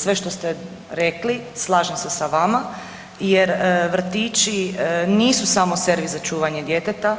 Sve što ste rekli slažem se sa vama jer vrtići nisu samo servis za čuvanje djeteta